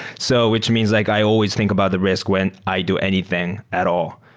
so which means like i always think about the risk when i do anything at all.